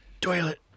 toilet